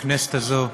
בכנסת הזאת,